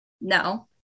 no